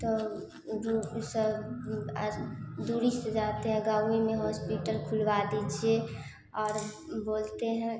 तो सब अज दूरी से जाते हैं गाँव ही में हॉस्पिटल खुलवा दीजिए और बोलते हैं तो